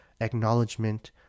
acknowledgement